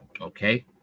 Okay